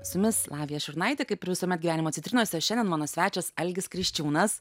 su jumis lavija šurnaitė kaip ir visuomet gyvenimo citrinose šiandien mano svečias algis kriščiūnas